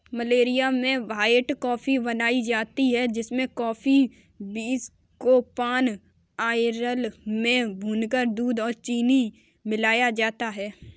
Malaysia में white coffee बनाई जाती है जिसमें कॉफी बींस को पाम आयल में भूनकर दूध और चीनी मिलाया जाता है